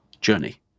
journey